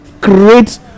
create